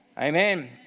Amen